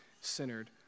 centered